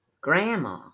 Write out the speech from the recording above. grandma